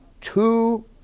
two